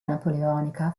napoleonica